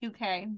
UK